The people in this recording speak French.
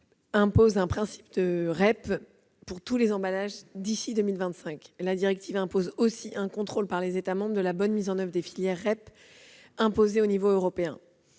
effet le principe d'une REP pour tous les emballages d'ici 2025, ainsi qu'un contrôle par les États membres de la bonne mise en oeuvre des filières REP imposées au niveau européen.